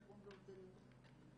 חירום ואובדנות.